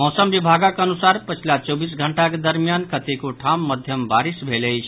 मौसम विभागक अनुसार पछिला चौबीस घंटाक दरमियान कतेको ठाम मध्यम बारिश भेल अछि